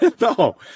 No